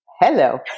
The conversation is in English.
hello